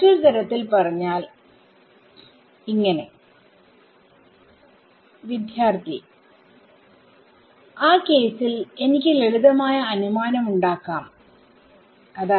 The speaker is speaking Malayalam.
മറ്റൊരു തരത്തിൽ പറഞ്ഞാൽ ആ കേസിൽ എനിക്ക് ലളിതമായ അനുമാനം ഉണ്ടാക്കാം അതായത്